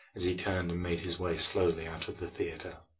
as he turned and made his way slowly out of the theatre.